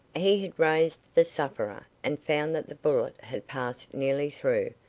he had raised the sufferer, and found that the bullet had passed nearly through,